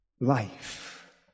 life